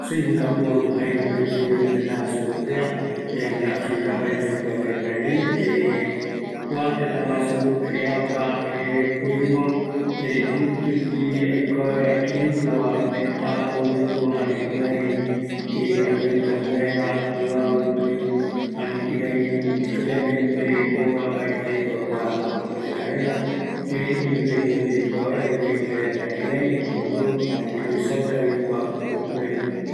Singapur, jaeko jëräkuavi oiko ñorärö rupi, ëreï aikuakavia, kïraïko jaereta oiporara yogueru yoguireko añavë oi rämi, jare jukuraï yaikua vaera teko reta rupi yogueru oiko retava, jare yandepuere vaera jae